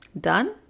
done